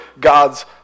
God's